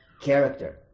character